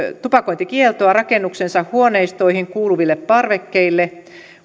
tupakointikieltoa rakennuksensa huoneistoihin kuuluville parvekkeille